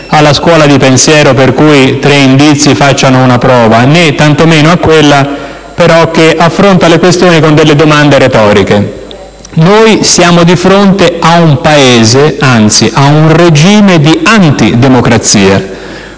alla scuola di pensiero per cui tre indizi fanno una prova, né tanto meno a quella che affronta le questioni con domande retoriche. Noi siamo di fronte ad un regime di antidemocrazia,